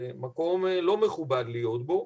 וזה מקום לא מכובד להיות בו.